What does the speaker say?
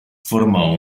formò